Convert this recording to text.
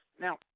Now